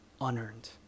unearned